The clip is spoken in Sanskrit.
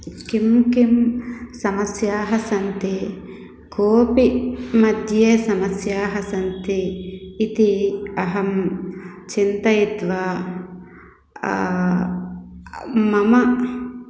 किं किं समस्याः सन्ति कोपि मध्ये समस्याः सन्ति इति अहं चिन्तयित्वा मम